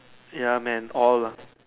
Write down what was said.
ya man all lah